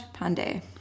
Pandey